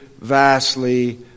vastly